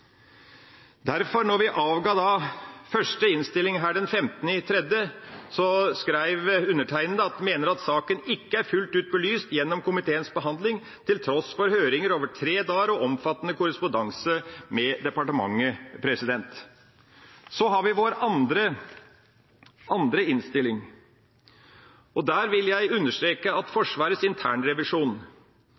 Derfor, da vi avga første innstilling den 15. mars, skrev undertegnede at han mener at «saken ikke er fullt ut belyst gjennom komiteens behandling til tross for høringer over 3 dager og omfattende korrespondanse med departementet». Så har vi vår andre innstilling. Der vil jeg understreke at Forsvarets internrevisjon,